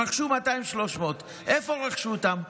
רכשו 200 300. איפה רכשו אותם?